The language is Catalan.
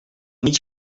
mig